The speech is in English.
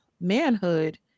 manhood